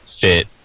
fit